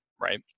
right